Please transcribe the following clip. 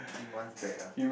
few months back ah